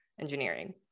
Engineering